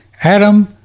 Adam